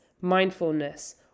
mindfulness